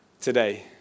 today